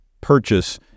purchase